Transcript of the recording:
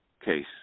case